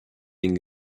den